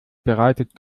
bereitet